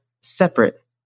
separate